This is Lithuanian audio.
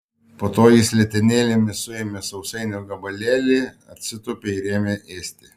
po to jis letenėlėmis suėmė sausainio gabalėlį atsitūpė ir ėmė ėsti